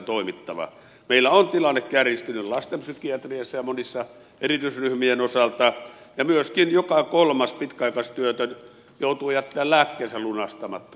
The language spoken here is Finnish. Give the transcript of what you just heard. meillä on tilanne kärjistynyt lastenpsykiatriassa ja monien erityisryhmien osalta ja myöskin joka kolmas pitkäaikaistyötön ja joka kymmenes eläkeläinen joutuu jättämään lääkkeensä lunastamatta